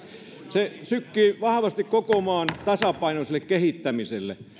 se sykkii vahvasti koko maan tasapainoiselle kehittämiselle